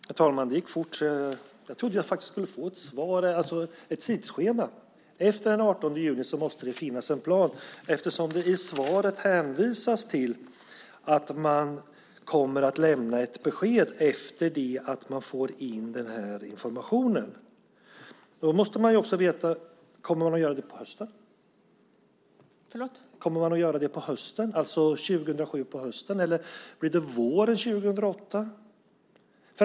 Herr talman! Det gick fort. Jag trodde faktiskt att jag skulle få ett tidsschema. Efter den 18 juni måste det finnas en plan, eftersom det i svaret hänvisas till att man kommer att lämna ett besked efter det att man fått in informationen. Kommer man att göra det på hösten 2007 eller blir det under våren 2008?